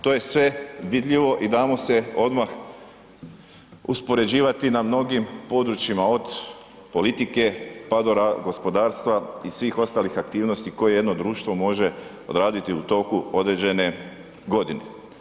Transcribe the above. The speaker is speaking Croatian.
To je sve vidljivo i damo se odmah uspoređivati na mnogim područjima od politike pa do gospodarstva i svih ostalih aktivnosti koje jedno društvo može odraditi u toku određene godine.